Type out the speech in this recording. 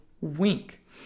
wink